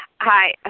Hi